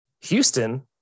Houston